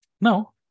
Now